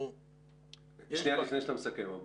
לפני שאתה מסכם.